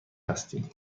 هستیم